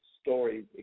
stories